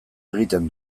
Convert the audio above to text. egiten